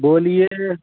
بولیے